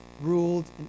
ruled